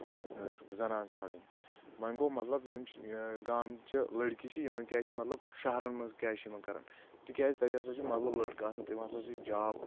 زنان ژھانڈٕنۍ وۄنۍ گوٚو مطلب یِم چھِ گامچہِ لڑکی چھِ یِمن کیٛاہ چھِ مطلب شہرن منٛز کیاہ چھِ یِمَن کران تِکیازِ تَتہِ ہسا چھِ مطلب لٔڑکہٕ آسان تِم ہسا چھِ جاب